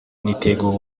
niteguye